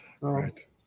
right